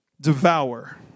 devour